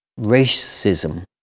Racism